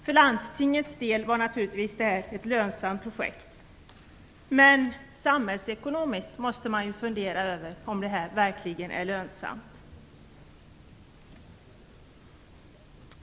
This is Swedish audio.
För landstinget var detta naturligtvis lönsamt, men samhällsekonomiskt måste man fundera över om det här verkligen är lönsamt.